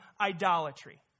idolatry